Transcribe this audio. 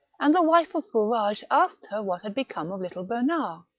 and the wife of fourage asked her what had become of uttle bernard.